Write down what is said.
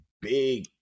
big